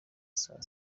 saa